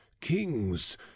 kings